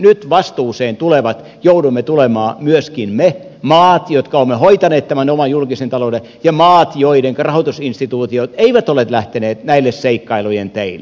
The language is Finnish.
nyt vastuuseen joudumme tulemaan myöskin me maat jotka olemme hoitaneet tämän oman julkisen taloutemme ja maat joidenka rahoitusinstituutiot eivät ole lähteneet näille seikkailujen teille